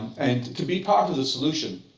and to be part of the solution,